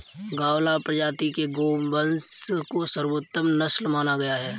गावलाव प्रजाति के गोवंश को सर्वोत्तम नस्ल माना गया है